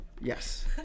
yes